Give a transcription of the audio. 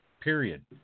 period